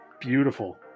Beautiful